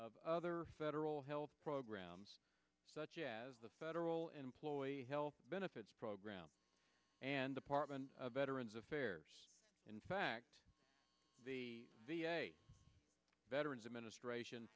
of other federal health programs such as the federal employee health benefits program and department of veterans affairs in fact the veterans administration